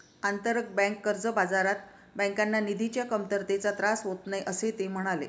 आंतरबँक कर्ज बाजारात बँकांना निधीच्या कमतरतेचा त्रास होत नाही, असेही ते म्हणाले